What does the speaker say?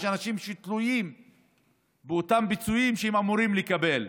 יש אנשים שתלויים באותם פיצויים שהם אמורים לקבל.